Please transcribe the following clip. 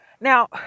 now